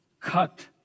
cut